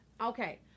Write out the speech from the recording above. okay